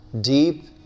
Deep